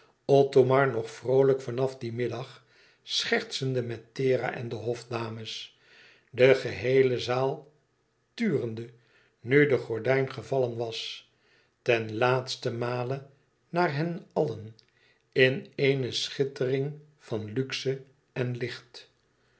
othomar nog vroolijk vanaf dien middag schertsende met thera en de hofdames de geheele zaal turende nu de gordijn gevallen was ten laatste male naar hen allen in ééne schittering van luxe en licht